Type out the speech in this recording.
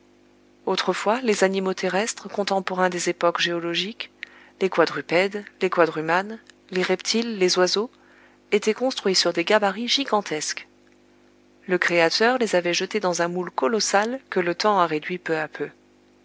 autrefois les animaux terrestres contemporains des époques géologiques les quadrupèdes les quadrumanes les reptiles les oiseaux étaient construits sur des gabarits gigantesques le créateur les avait jetés dans un moule colossal que le temps a réduit peu à peu